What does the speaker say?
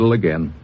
again